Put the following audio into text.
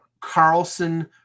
Carlson